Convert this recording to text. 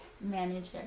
manager